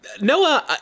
Noah